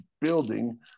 building